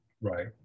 right